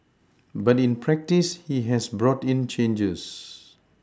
but in practice he has brought in changes